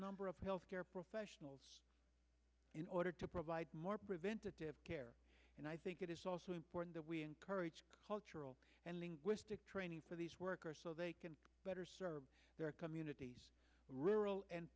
number of health care professionals in order to provide more preventative care and i think it is also important that we encourage cultural and linguistic training for these workers so they can better serve their communities